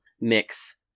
mix